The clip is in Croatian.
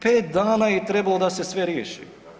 5 dana je trebalo da se sve riješi.